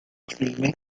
filme